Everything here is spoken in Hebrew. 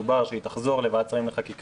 דובר על כך שהיא תחזור לוועדת שרים לחקיקה.